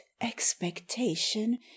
expectation